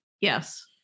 Yes